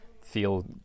feel